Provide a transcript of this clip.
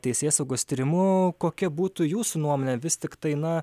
teisėsaugos tyrimu kokia būtų jūsų nuomonė vis tiktai na